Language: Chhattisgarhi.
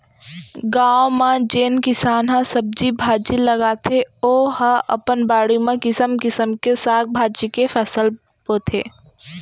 गाँव म जेन किसान ह सब्जी भाजी लगाथे ओ ह अपन बाड़ी म किसम किसम के साग भाजी के फसल बोथे